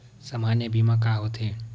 सामान्य बीमा का होथे?